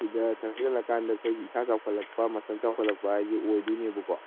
ꯁꯤꯗ ꯊꯥꯖꯜꯂꯀꯥꯟꯗ ꯑꯩꯈꯣꯏꯒꯤ ꯏꯁꯥ ꯆꯥꯎꯈꯠꯂꯛꯄ ꯃꯁꯜ ꯆꯥꯎꯈꯠꯂꯛꯄ ꯍꯥꯏꯗꯤ ꯑꯣꯏꯗꯣꯏꯅꯦꯕꯀꯣ